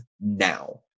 now